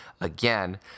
again